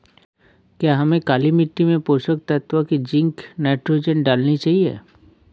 क्या हमें काली मिट्टी में पोषक तत्व की जिंक नाइट्रोजन डालनी चाहिए?